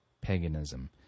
paganism